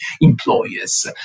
employers